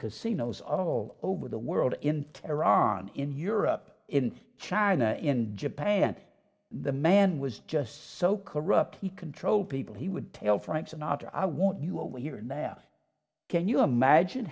casinos all over the world in tehran in europe in china in japan the man was just so corrupt he control people he would tell frank sinatra i want you over here in there can you imagine